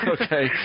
Okay